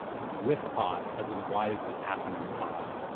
it's withpod as in why is this happening pod,